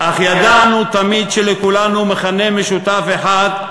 אך ידענו תמיד שלכולנו מכנה משותף אחד,